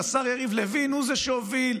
השר יריב לוין הוא זה שהוביל,